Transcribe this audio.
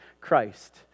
Christ